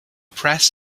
press